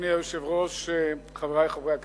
אדוני היושב-ראש, חברי חברי הכנסת,